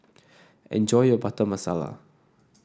enjoy your Butter Masala